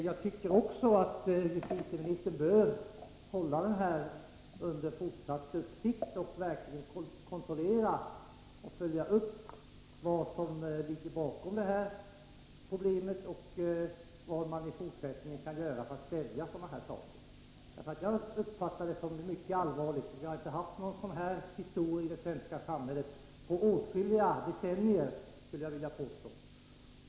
Jag tycker att justitieministern bör hålla detta problem under fortsatt uppsikt och verkligen kontrollera och följa upp vad som ligger bakom och vad man i fortsättningen kan göra för att stävja sådana här saker. Jag uppfattar det som mycket allvarligt. Jag skulle vilja påstå att vi inte har haft några sådana här historier i det svenska samhället på åtskilliga decennier.